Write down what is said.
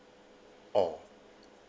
oh